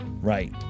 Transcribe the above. Right